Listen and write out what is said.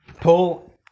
Paul